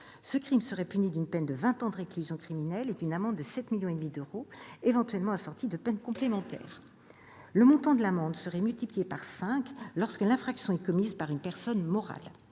Ce crime serait puni d'une peine de vingt ans de réclusion criminelle et d'une amende de 7,5 millions d'euros, éventuellement assorties de peines complémentaires. Le montant de l'amende serait multiplié par cinq lorsque l'infraction est commise par une personne morale.